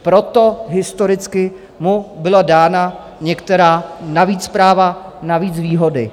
Proto historicky mu byla dána některá navíc práva, navíc výhody.